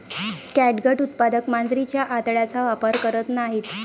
catgut उत्पादक मांजरीच्या आतड्यांचा वापर करत नाहीत